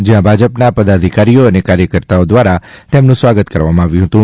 જ્યાં ભાજપના પદાધિકારીઓ અને કાર્યકતાઓ દ્વારા તેમનું સ્વાગત કરવામાં આવ્યું હતું